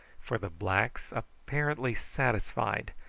for the blacks, apparently satisfied,